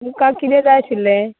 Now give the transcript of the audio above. तुमकां कितें जाय आशिल्लें